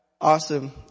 awesome